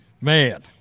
man